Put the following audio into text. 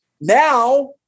Now